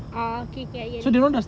oh okay okay I get you